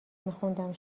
میخوندم